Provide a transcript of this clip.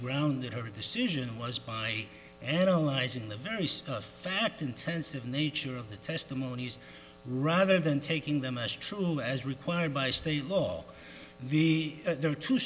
that her decision was by analyzing the very fact intensive nature of the testimonies rather than taking them as true as required by state law the